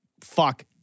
fuck